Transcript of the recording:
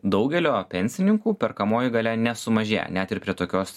daugelio pensininkų perkamoji galia nesumažėjo net ir prie tokios